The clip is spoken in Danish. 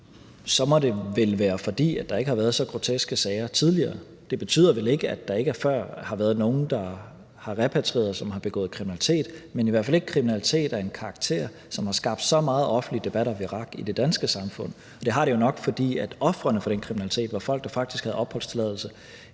så må det vel være, fordi der ikke har været så groteske sager tidligere. Det betyder vel ikke, at der ikke før har været nogen, der er repatrieret, som har begået kriminalitet, men at det i hvert fald ikke har været kriminalitet af en karakter, som har skabt så meget offentlig debat og virak i det danske samfund. Og det har det jo nok, fordi ofrene for den kriminalitet var folk, der faktisk havde opholdstilladelse